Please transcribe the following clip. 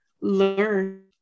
learn